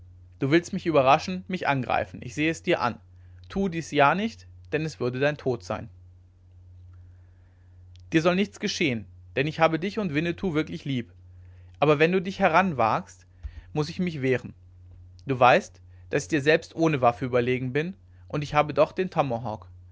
du willst mich überraschen mich angreifen ich sehe es dir an tue dies ja nicht denn es würde dein tod sein dir soll nichts geschehen denn ich habe dich und winnetou wirklich lieb aber wenn du dich heranwagst muß ich mich wehren du weißt daß ich dir selbst ohne waffe überlegen bin und ich habe doch den tomahawk